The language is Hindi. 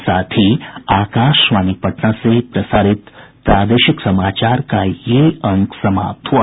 इसके साथ ही आकाशवाणी पटना से प्रसारित प्रादेशिक समाचार का ये अंक समाप्त हुआ